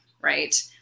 right